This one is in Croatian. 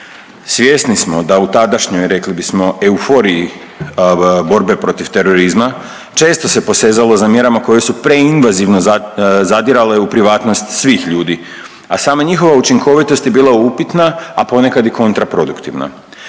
Svjesni smo da u tadašnjoj, rekli bismo, euforiji, borbe protiv terorizma, često se posezalo za mjerama koje su preinvazivno zadirale u privatnost svih ljudi, a sama njihova učinkovitost je bila upitna, a ponekad i kontraproduktivna.